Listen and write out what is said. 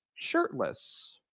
shirtless